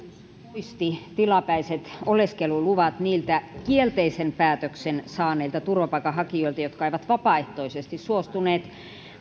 poisti tilapäiset oleskeluluvat niiltä kielteisen päätöksen saaneilta turvapaikanhakijoilta jotka eivät vapaaehtoisesti suostuneet